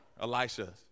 Elisha